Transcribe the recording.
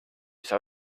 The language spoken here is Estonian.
saa